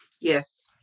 Yes